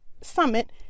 summit